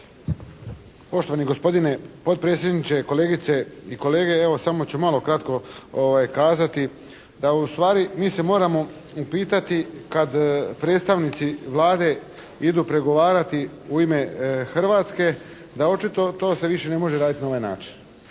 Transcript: Poštovani gospodine potpredsjedniče, kolegice i kolege. Evo samo ću malo kratko kazati da ustvari mi se moramo upitati kad predstavnici Vlade idu pregovarati u ime Hrvatske da očito to se više ne može raditi na ovaj način.